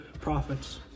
prophets